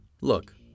Look